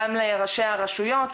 גם לראשי הרשויות,